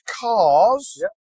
cars